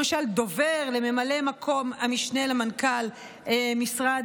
למשל דובר לממלא מקום המשנה למנכ"ל משרד,